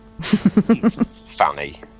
Funny